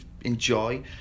enjoy